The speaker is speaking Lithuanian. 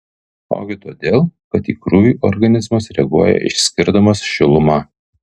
ogi todėl kad į krūvį organizmas reaguoja išskirdamas šilumą